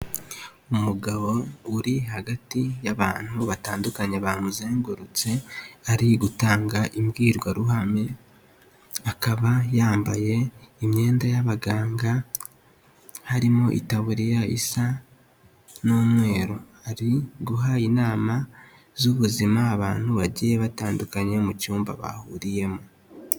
Umugabo uri hagati y'abantu batandukanye bamuzengurutse ari gutanga imbwirwaruhame akaba yambaye imyenda y'abaganga harimo itaburiya isa n'umweru, ari guha inama z'ubuzima abantu bagiye batandukanye mu cyumba bahuriyemo.